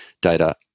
data